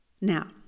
Now